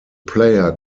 player